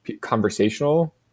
conversational